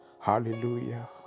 hallelujah